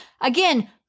Again